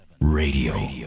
Radio